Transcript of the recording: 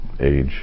age